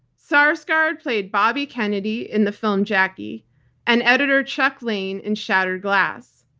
sarsgaard played bobby kennedy in the film jackie and editor chuck lane in shattered glass.